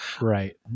Right